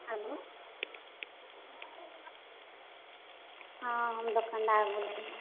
hello हँ हम दोकनदार बोलैत छी